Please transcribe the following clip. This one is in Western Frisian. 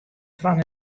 fan